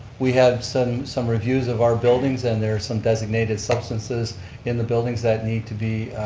we have some some reviews of our buildings and there's some designated substances in the buildings that need to be